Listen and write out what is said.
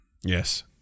Yes